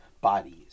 bodies